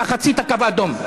אתה חצית קו אדום.